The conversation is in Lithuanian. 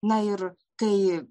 na ir kai